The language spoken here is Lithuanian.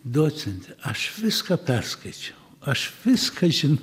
docente aš viską perskaičiau aš viską žin